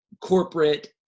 corporate